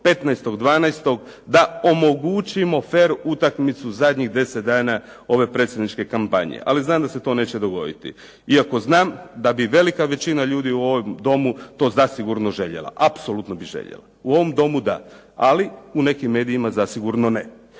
15.12. da omogućimo fer utakmicu zadnjih 10 dana ove predsjedničke kampanje. Ali znam da se to neće dogoditi iako znam da bi velika većina ljudi u ovome domu to zasigurno željela, apsolutno bi željela. U ovom domu da. Ali u nekim medijima zasigurno ne.